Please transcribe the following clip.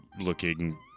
looking